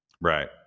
Right